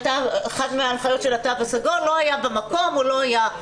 אחת מההנחיות של התו הסגול לא היה במקום או לא היה,